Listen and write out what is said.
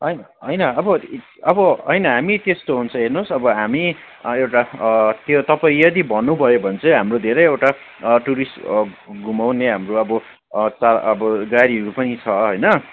होइन होइन अब अब होइन हामी त्यस्तो हुन्छ हेर्नुहोस् अब हामी एउटा त्यो तपाईँ यदि भन्नुभयो भने चाहिँ हाम्रो धेरैवटा टुरिस्ट घुमाउने हाम्रो अब अब गाडीहरू पनि छ होइन